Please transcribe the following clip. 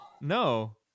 No